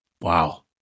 Wow